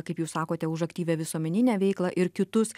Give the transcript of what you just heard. kaip jūs sakote už aktyvią visuomeninę veiklą ir kitus